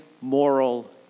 moral